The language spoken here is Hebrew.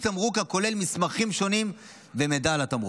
תמרוק הכולל מסמכים שונים ומידע על התמרוק.